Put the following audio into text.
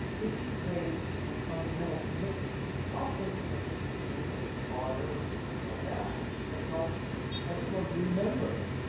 if you've made some fundamental commitments, often in a written agreement of a charter or something like that that helps everyone remember,